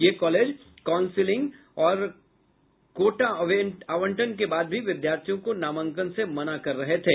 ये college counselling और college आवंटन के बाद भी विद्यार्थियों को नामांकन से मना कर रहे थे